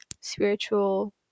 spiritual